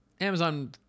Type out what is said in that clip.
Amazon